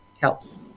helps